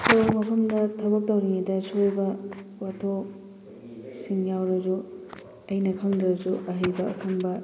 ꯊꯕꯛ ꯃꯐꯝꯗ ꯊꯕꯛ ꯇꯧꯔꯤꯉꯩꯗ ꯁꯣꯏꯕ ꯄꯣꯠꯊꯣꯛ ꯁꯤꯡ ꯌꯥꯎꯔꯁꯨ ꯑꯩꯅ ꯈꯪꯗ꯭ꯔꯁꯨ ꯑꯍꯩꯕ ꯑꯈꯪꯕ